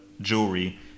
jewelry